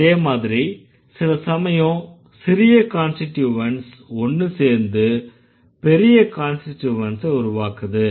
அதே மாதிரி சில சமயம் சிறிய கான்ஸ்டிட்யூவன்ட்ஸ் ஒன்னு சேர்ந்து பெரிய கான்ஸ்டிட்யூவன்ட்ஸ உருவாக்குது